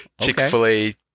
chick-fil-a